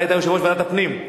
אתה היית יושב-ראש ועדת הפנים,